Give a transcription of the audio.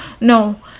No